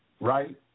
right